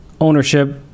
ownership